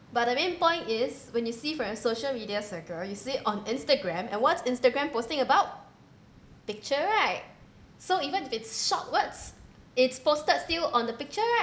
but the main point is when you see from social media circle you see on Instagram and what's Instagram posting about picture right so even if it's short words it's posted still on the picture right